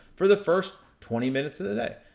for the first twenty minutes of the day.